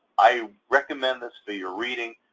i recommend this for your reading.